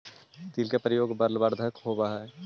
तिल के प्रयोग से बलवर्धन होवअ हई